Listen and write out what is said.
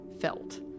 felt